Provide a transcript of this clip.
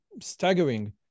staggering